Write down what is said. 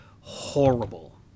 horrible